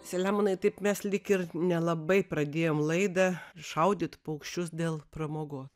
selemonai taip mes lyg ir nelabai pradėjom laidą šaudyt paukščius dėl pramogų